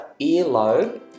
earlobe